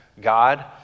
God